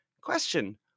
Question